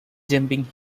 jumping